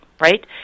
right